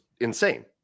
insane